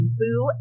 Boo